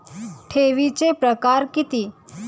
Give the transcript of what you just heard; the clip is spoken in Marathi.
ठेवीचे प्रकार किती?